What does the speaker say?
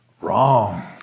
Wrong